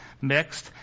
mixed